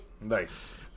nice